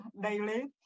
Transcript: daily